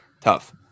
tough